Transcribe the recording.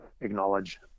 acknowledge